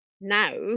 now